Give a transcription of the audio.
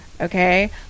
Okay